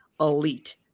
elite